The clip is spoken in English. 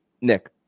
Nick